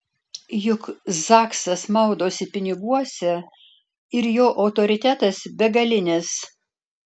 juk zaksas maudosi piniguose ir jo autoritetas begalinis